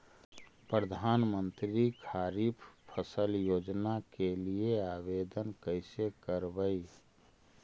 प्रधानमंत्री खारिफ फ़सल योजना के लिए आवेदन कैसे करबइ?